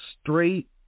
straight